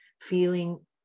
feeling